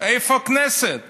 איפה חברי הכנסת ממרצ?